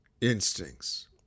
instincts